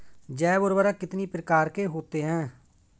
जैव उर्वरक कितनी प्रकार के होते हैं?